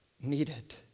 needed